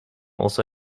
also